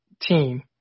team